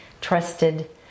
trusted